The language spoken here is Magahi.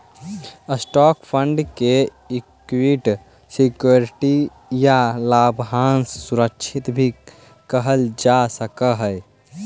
स्टॉक फंड के इक्विटी सिक्योरिटी या लाभांश सुरक्षा भी कहल जा सकऽ हई